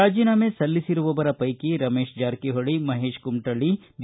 ರಾಜೀನಾಮೆ ಸಲ್ಲಿಸಿರುವವರ ಪೈಕಿ ರಮೇಶ ಜಾರಕಿಹೊಳ ಮಹೇಶ ಕುಮಟಳ್ಳ ಬಿ